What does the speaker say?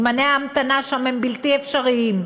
זמני ההמתנה שם הם בלתי אפשריים.